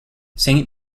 saint